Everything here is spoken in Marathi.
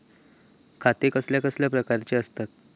खाते कसल्या कसल्या प्रकारची असतत?